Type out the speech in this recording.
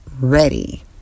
ready